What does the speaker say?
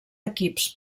equips